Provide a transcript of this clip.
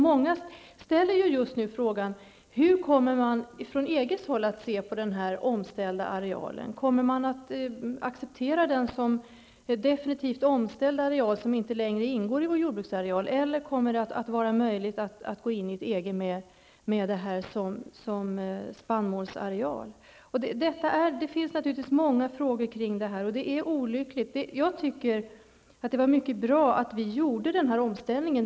Många ställer frågan: Hur kommer man från EG att se på den omställda arealen? Kommer man att acceptera den som definitivt omställd areal, som inte längre ingår i vår jordbruksareal? Eller är det möjligt att gå in i EG med denna areal som spannmålsareal? Det finns naturligtvis många frågor kring detta. Jag anser att det var mycket bra att denna omställning genomfördes.